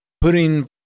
putting